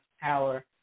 power